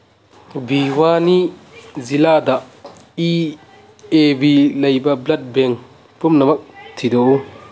ꯚꯤꯋꯥꯅꯤ ꯖꯤꯂꯥꯗ ꯏ ꯑꯦ ꯕꯤ ꯂꯩꯕ ꯕ꯭ꯂꯠ ꯕꯦꯡ ꯄꯨꯝꯅꯃꯛ ꯊꯤꯗꯣꯛꯎ